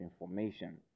information